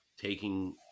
taking